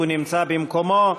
הוא נמצא במקומו.